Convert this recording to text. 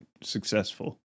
successful